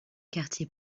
quartier